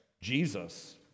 Jesus